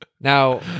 Now